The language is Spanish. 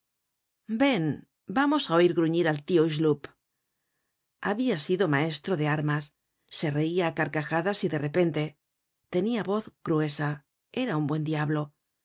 ven vamos á oir gruñir al tio hucheloup habia sido maestro de armas se reia á carcajada y de repente tenia voz gruesa era un buen diablo